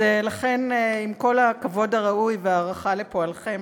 לכן, עם כל הכבוד הראוי וההערכה לפועלכם,